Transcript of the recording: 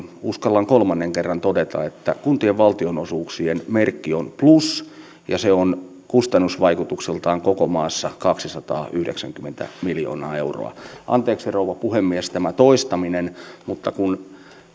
uskallan kolmannen kerran todeta että kuntien valtionosuuksien merkki on plus ja se on kustannusvaikutuksiltaan koko maassa kaksisataayhdeksänkymmentä miljoonaa euroa anteeksi rouva puhemies tämä toistaminen mutta kun